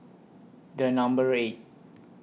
The Number eight